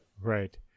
Right